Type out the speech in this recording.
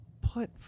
put